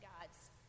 God's